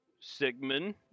Sigmund